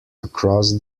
across